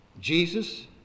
Jesus